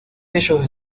ellos